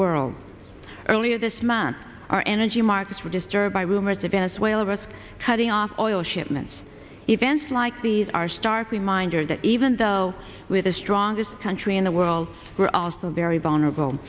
world earlier this month our energy markets were disturbed by rumors of venezuela both cutting off oil shipments events like these are stark reminder that even though with the strongest country in the world we're also very vulnerable